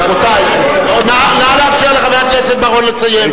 רבותי, נא לאפשר לחבר הכנסת בר-און לסיים.